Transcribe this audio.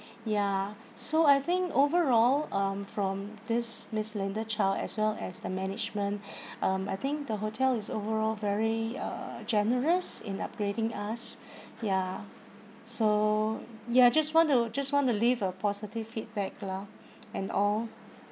ya so I think overall um from this miss linda chow as well as the management um I think the hotel is overall very uh generous in upgrading us ya so ya just want to just want to leave a positive feedback lah and all